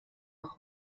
noch